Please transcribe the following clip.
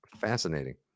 fascinating